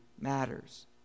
matters